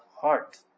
heart